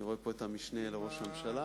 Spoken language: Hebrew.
רואה פה את המשנה לראש הממשלה.